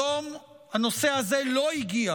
היום הנושא הזה לא הגיע